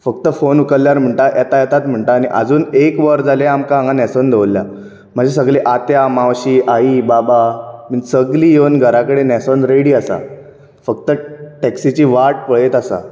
फक्त फोन उखल्ल्यार म्हणटा येता येतात म्हणटा आनी आजून एक वर जाले आमकां हांगा न्हेसून दवरल्ल्या म्हजी सगलीं आत्या मावशी आई बाबा म्हजी सगली येवन घरा कडेन न्हेसून रेडी आसा फक्त टैक्सीची वाट पळयत आसा